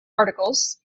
articles